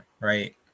right